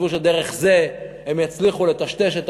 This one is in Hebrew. וחשבו שדרך זה הם יצליחו לטשטש את